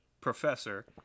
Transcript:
professor